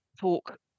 talk